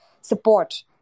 support